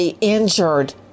injured